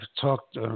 talked